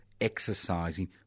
exercising